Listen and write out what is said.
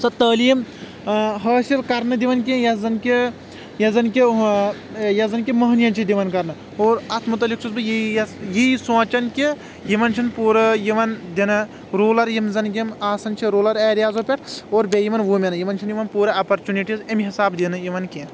سۄ تعلیٖم حٲصِل کرنہٕ دِوان کینٛہہ یۄس زن کہِ یۄس زن کہِ یۄس زن کہِ مٔہنین چھِ دِوان کرنہٕ اور اتھ مُتعلق چھُس بہٕ یی یژھ یی سونٛچان کہِ یِمن چھُنہٕ پوٗرٕ یِوان دِنہٕ روٗرَل یِم زن یِم آسان چھِ روٗرَل ایریازن پٮ۪ٹھ اور بیٚیہِ یِمن وُمینن یِم چھنہٕ یِوان پوٗرٕ اوپرچُنٹیز أمہِ حساب دِنہٕ یِوان کینٛہہ